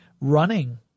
running